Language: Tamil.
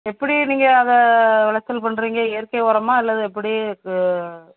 எப்படி நீங்கள் அதை விளைச்சல் பண்ணுறிங்க இயற்கை உரமாக அல்லது எப்படி